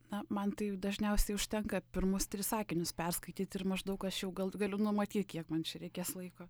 na man tai dažniausiai užtenka pirmus tris sakinius perskaityt ir maždaug aš jau gal galiu numatyt kiek man čia reikės laiko